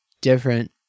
different